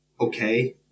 okay